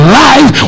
life